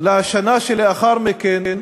לשנה שלאחר מכן,